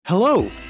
Hello